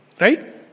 Right